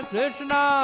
Krishna